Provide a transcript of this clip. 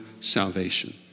salvation